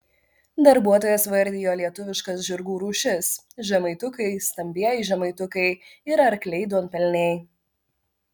darbuotojas vardijo lietuviškas žirgų rūšis žemaitukai stambieji žemaitukai ir arkliai duonpelniai